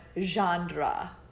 genre